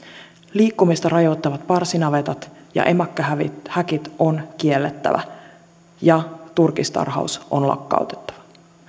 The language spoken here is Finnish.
liikkumista rajoittavat parsinavetat ja emakkohäkit on kiellettävä ja turkistarhaus on lakkautettava